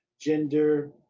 gender